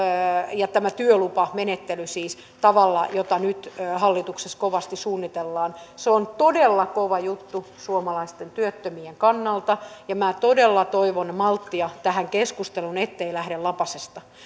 ja tämä työlupamenettely sillä tavalla jota nyt hallituksessa kovasti suunnitellaan se on todella kova juttu suomalaisten työttömien kannalta ja minä todella toivon malttia tähän keskusteluun ettei lähde lapasesta